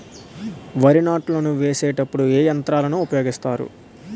వరి నాట్లు వేసేటప్పుడు ఏ యంత్రాలను ఉపయోగిస్తారు?